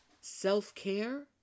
Self-care